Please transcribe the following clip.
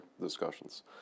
discussions